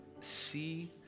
see